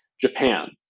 Japan